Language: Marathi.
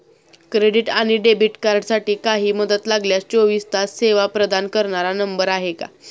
क्रेडिट आणि डेबिट कार्डसाठी काही मदत लागल्यास चोवीस तास सेवा प्रदान करणारा नंबर आहे का?